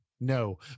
no